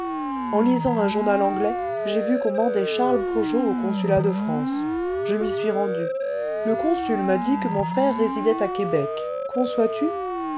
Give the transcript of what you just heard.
en lisant un journal anglais j'ai vu qu'on mandait charles bourgeot au consulat de france je m'y suis rendu le consul m'a dit que mon frère résidait à québec